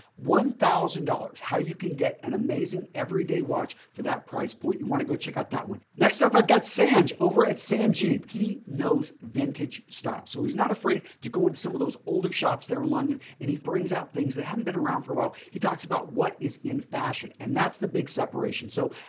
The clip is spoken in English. one thousand dollars how you can get an amazing everyday watch for that price point. you want to go check out that one. next up, i've got sanj over at sangiev. he knows vintage style. so, he's not afraid to go into some of those older shops there in london and he brings out things that haven't been around for awhile. he talks about what is in fashion and that's the big separation. so,